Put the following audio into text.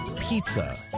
pizza